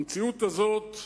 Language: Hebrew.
המציאות הזאת,